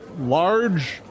large